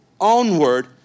onward